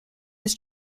his